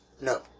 No